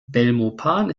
belmopan